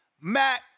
Matt